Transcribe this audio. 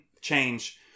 change